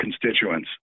constituents